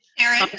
erin,